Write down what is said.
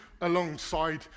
alongside